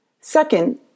Second